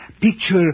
Picture